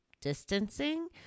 distancing